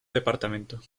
departamento